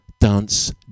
Dance